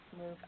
move